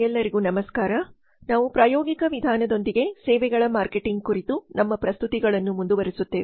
ಎಲ್ಲರಿಗೂ ನಮಸ್ಕಾರ ನಾವು ಪ್ರಾಯೋಗಿಕ ವಿಧಾನದೊಂದಿಗೆ ಸೇವೆಗಳ ಮಾರ್ಕೆಟಿಂಗ್ ಕುರಿತು ನಮ್ಮ ಪ್ರಸ್ತುತಿಗಳನ್ನು ಮುಂದುವರಿಸುತ್ತೇವೆ